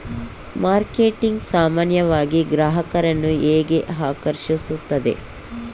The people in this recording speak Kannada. ಮಾರ್ಕೆಟಿಂಗ್ ಸಾಮಾನ್ಯವಾಗಿ ಗ್ರಾಹಕರನ್ನು ಹೇಗೆ ಆಕರ್ಷಿಸುತ್ತದೆ?